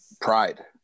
pride